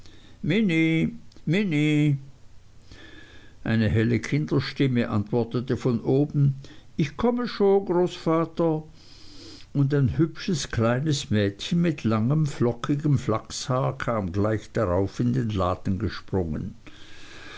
eine helle kinderstimme antwortete von oben ich komme schon großvater und ein hübsches kleines mädchen mit langem lockigen flachshaar kam gleich darauf in den laden gesprungen